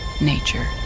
Nature